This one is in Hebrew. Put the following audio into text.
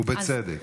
ובצדק,